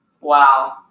Wow